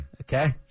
Okay